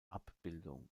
abbildung